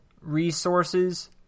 resources